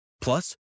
Plus